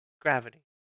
gravity